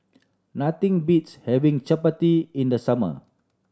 nothing beats having Chapati in the summer